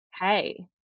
Hey